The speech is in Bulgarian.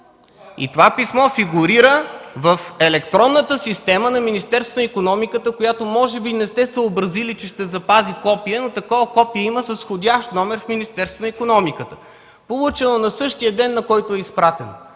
Това писмо фигурира в електронната система на Министерството на икономиката. Може би не сте съобразили, че ще запази копие, но такова копие има с входящ номер в Министерството на икономиката! Получено е на същия ден, в който е изпратено.